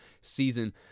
season